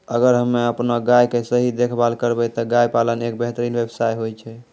अगर हमॅ आपनो गाय के सही देखभाल करबै त गाय पालन एक बेहतरीन व्यवसाय होय छै